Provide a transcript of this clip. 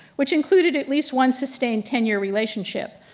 which included at least one sustained ten year relationship.